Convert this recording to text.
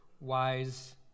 wise